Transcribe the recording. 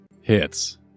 Hits